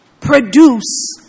produce